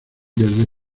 desde